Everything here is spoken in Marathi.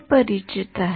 हे परिचित आहे